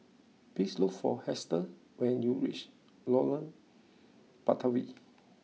please look for Hester when you reach Lorong Batawi